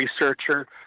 researcher